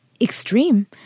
extreme